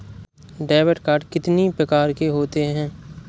Debit card कितनी प्रकार के होते हैं?